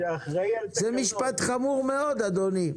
שאחראי על תקנות --- זה משפט חמור מאוד, אדוני.